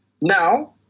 Now